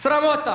Sramota.